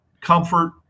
comfort